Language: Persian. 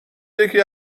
یکی